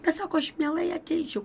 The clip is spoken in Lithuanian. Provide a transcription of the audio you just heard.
bet sako aš mielai ateičiau